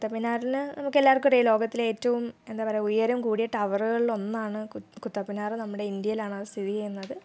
കുത്തബ് മിനാറിൽ നമുക്ക് എല്ലാവർക്കും അറിയാമല്ലോ ലോകത്തിലെ ഏറ്റവും എന്താണ് പറയുക ഉയരം കൂടിയ ടവറുകളിൽ ഒന്നാണ് കുത്തബ് മിനാർ നമ്മുടെ ഇന്ത്യയിലാണ് അത് സ്ഥിതി ചെയ്യുന്നത്